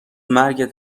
مرگت